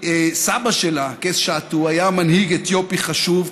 סבא שלה, קייס שאטו, היה מנהיג אתיופי חשוב.